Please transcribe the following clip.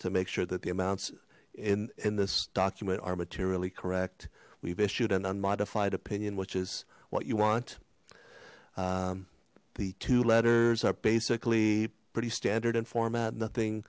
make sure that the amounts in in this document are materially correct we've issued an unmodified opinion which is what you want the two letters are basically pretty standard and format and nothing